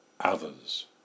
others